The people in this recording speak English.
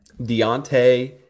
Deontay